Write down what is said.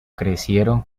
crecieron